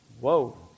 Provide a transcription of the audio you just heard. Whoa